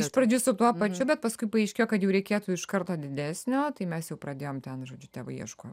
iš pradžių su tuo pačiu bet paskui paaiškėjo kad jau reikėtų iš karto didesnio tai mes jau pradėjom ten žodžiu tėvai ieško